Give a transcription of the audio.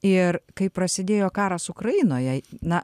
ir kai prasidėjo karas ukrainoje na